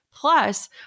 Plus